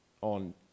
On